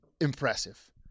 impressive